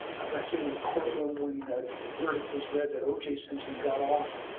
i was actually in the courtroom when the verdict was read that oj simpson got off.